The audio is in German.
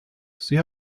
sie